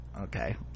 okay